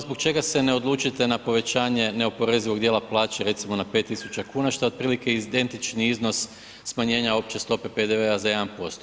Zbog čega se ne odlučite na povećanje neoporezivog dijela plaće recimo na 5.000 kuna što je otprilike identični iznos smanjenja opće stope PDV-a za 1%